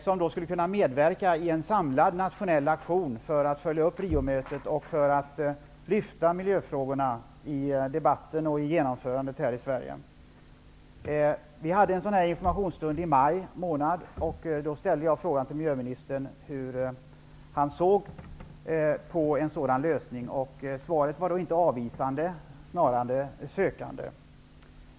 Den skulle kunna medverka i en samlad nationell aktion för att följa upp Riomötet och för att lyfta fram miljöfrågorna i debatten och genomförandet här i Vi hade en informationsstund i maj månad då jag frågade miljöministern hur han såg på en sådan lösning. Svaret var inte avvisande, snarare sökande.